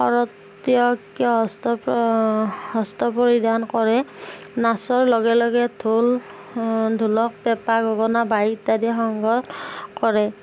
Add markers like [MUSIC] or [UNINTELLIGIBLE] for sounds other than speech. [UNINTELLIGIBLE] পৰিধান কৰে নাচৰ লগে লগে ঢোল ঢোলক পেঁপা গগণা বা ইত্যাদি সংগত কৰে